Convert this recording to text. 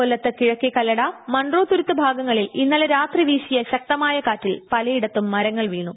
കൊല്ലത്ത് കിഴക്കേ കല്ലട മൺഡ്രോത്തു്രുത്ത് ഭാഗങ്ങളിൽ ഇന്നലെ രാത്രി വീശിയ ശക്തമായ ക്ടാറ്റിൽ പലയിടത്തും മരങ്ങൾ വീണു